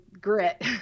grit